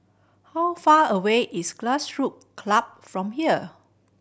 how far away is Grassroot Club from here